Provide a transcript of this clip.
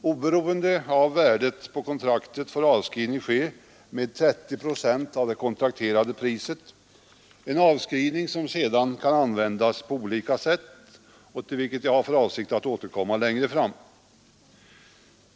Oberoende av värdet på kontraktet får avskrivning ske med 30 procent av det kontrakterade priset, en avskrivning som sedan kan användas på olika sätt, till vilket jag har för avsikt att återkomma längre fram.